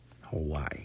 Hawaii